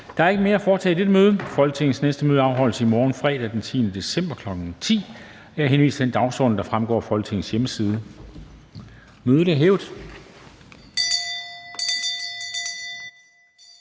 Der er ikke mere at foretage i dette møde. Folketingets næste møde afholdes i morgen, fredag den 10. december 2021, kl. 10.00. Jeg henviser til den dagsorden, der fremgår af Folketingets hjemmeside. Mødet er hævet.